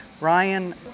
Ryan